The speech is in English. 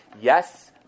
yes